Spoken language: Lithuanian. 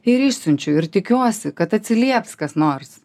ir išsiunčiu ir tikiuosi kad atsilieps kas nors